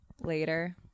later